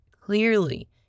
clearly